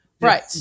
right